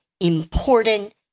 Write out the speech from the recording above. important